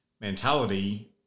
mentality